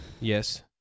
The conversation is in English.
Yes